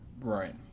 Right